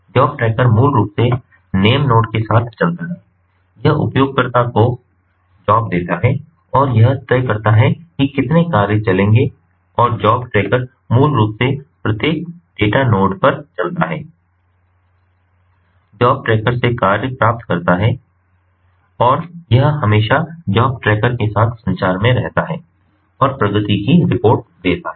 job tracker मूल रूप से नेम नोड के साथ चलता है यह उपयोगकर्ताओं को जॉब देता है और यह तय करता है कि कितने कार्य चलेंगे और जॉब ट्रैकर मूल रूप से प्रत्येक डेटा नोड पर चलता है जॉब ट्रैकर से कार्य प्राप्त करता है और यह हमेशा जॉब ट्रैकर के साथ संचार में रहता है और प्रगति की रिपोर्ट देता है